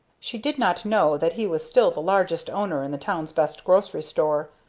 she did not know that he was still the largest owner in the town's best grocery store,